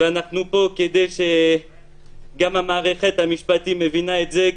ואנחנו פה כדי שגם המערכת המשפטית תבין את זה.